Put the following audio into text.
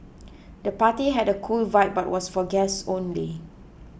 the party had a cool vibe but was for guests only